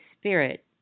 Spirit